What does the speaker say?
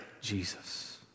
Jesus